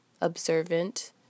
observant